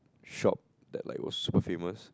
shop that was super famous